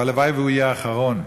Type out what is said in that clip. והלוואי שהוא יהיה האחרון.